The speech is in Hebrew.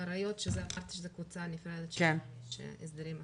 עריות שזו קבוצה נפרדת של אסירים עם הסדרים אחרים.